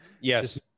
Yes